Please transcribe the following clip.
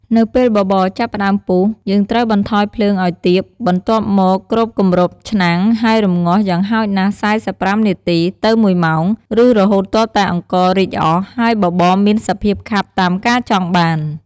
នៅពេលបបរចាប់ផ្ដើមពុះ យើងត្រូវបន្ថយភ្លើងឱ្យទាប បន្ទាប់មកគ្របគម្របឆ្នាំង ហើយរម្ងាស់យ៉ាងហោចណាស់ ៤៥ នាទី ទៅ ១ ម៉ោង ឬរហូតទាល់តែអង្កររីកអស់ ហើយបបរមានសភាពខាប់តាមការចង់បាន។